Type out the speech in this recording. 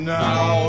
now